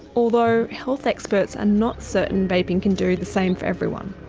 although health experts are not certain vaping can do the same for everyone.